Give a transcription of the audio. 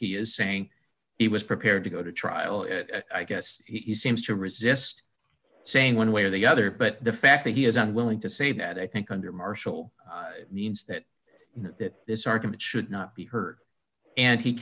he is saying he was prepared to go to trial i guess he seems to resist saying one way or the other but the fact that he is unwilling to say that i think under martial means that that this argument should not be heard and he